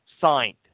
signed